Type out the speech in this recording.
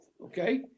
okay